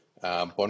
Bond